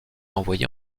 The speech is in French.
envoyé